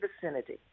vicinity